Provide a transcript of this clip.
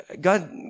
God